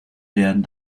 werden